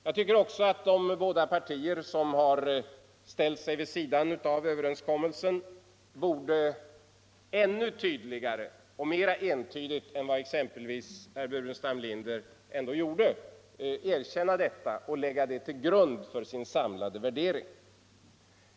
Jag tycker också att de båda partier som har ställt sig vid sidan av överenskommelsen borde ännu tydligare och mera entydigt än vad exempelvis herr Burenstam Linder ändå gjorde erkänna detta och lägga det till grund för sin samlade värdering.